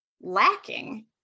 lacking